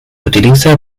utiliza